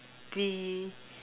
be